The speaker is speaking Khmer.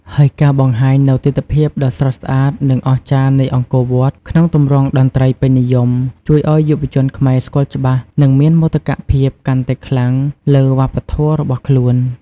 ហើយការបង្ហាញនូវទិដ្ឋភាពដ៏ស្រស់ស្អាត និងអស្ចារ្យនៃអង្គរវត្តក្នុងទម្រង់តន្ត្រីពេញនិយម ជួយឲ្យយុវជនខ្មែរស្គាល់ច្បាស់ និងមានមោទកភាពកាន់តែខ្លាំងលើវប្បធម៌របស់ខ្លួន។